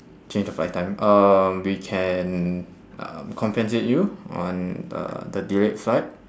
change the flight time um we can um compensate you on the the delayed fight